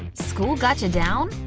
school gotcha down?